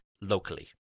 locally